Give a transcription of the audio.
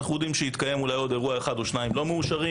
אנחנו יודעים שהתקיים אולי עוד אירוע אחד או שניים לא מאושרים,